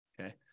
okay